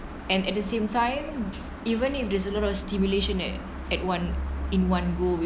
and at the same time even if there's a lot of stimulation it at one in one go with